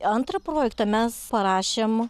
antrą projektą mes parašėm